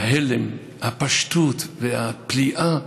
ההלם, הפשטות והפליאה: